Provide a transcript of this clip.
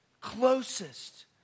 closest